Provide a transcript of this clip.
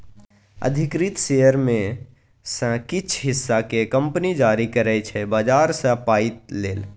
अधिकृत शेयर मे सँ किछ हिस्सा केँ कंपनी जारी करै छै बजार सँ पाइ लेल